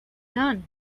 done